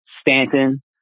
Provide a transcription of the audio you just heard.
Stanton